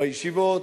בישיבות,